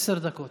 עשר דקות.